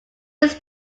use